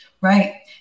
Right